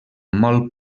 molt